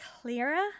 clearer